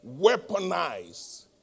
Weaponize